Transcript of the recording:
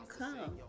come